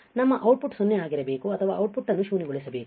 ನಮ್ಮ ಔಟ್ಪುಟ್ 0 ಆಗಿರಬೇಕು ಅಥವಾ ಔಟ್ಪುಟ್ ಅನ್ನು ಶೂನ್ಯ ಗೊಳಿಸಬೇಕು